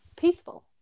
peaceful